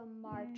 March